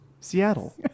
Seattle